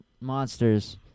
monsters